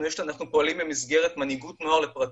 אנחנו פועלים במסגרת מנהיגות נוער לפרטיות,